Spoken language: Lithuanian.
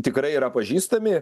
tikrai yra pažįstami